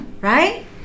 right